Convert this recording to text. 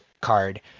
card